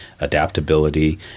adaptability